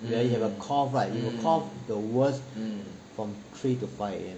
when you have a cough right cough the worse from three to five A_M